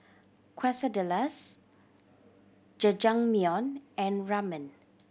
Quesadillas Jajangmyeon and Ramen